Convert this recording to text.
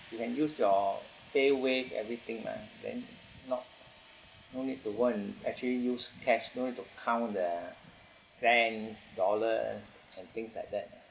you can use your PayWave everything mah then not no need to go and actually use cash no need to count the cents dollars and things like that